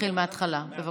תתחיל מהתחלה, בבקשה.